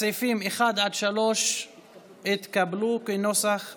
סעיפים 1 3 התקבלו כנוסח הוועדה.